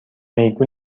میگو